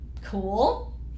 Cool